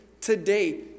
today